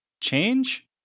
Change